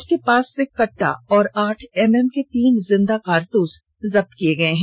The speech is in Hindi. उसके पास से कट्टा और आठ एमएम के तीन जिंदा कारतूस भी जब्त किये गये हैं